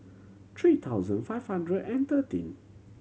three thousand five hundred and thirteen